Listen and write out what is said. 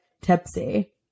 tipsy